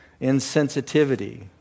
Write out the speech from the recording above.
insensitivity